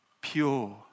pure